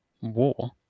War